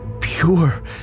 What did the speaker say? pure